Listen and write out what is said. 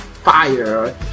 Fire